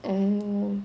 oh